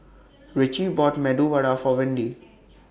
Richie bought Medu Vada For Windy